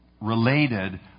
Related